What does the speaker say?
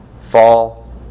fall